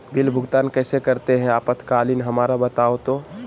Bill भुगतान कैसे करते हैं आपातकालीन हमरा बताओ तो?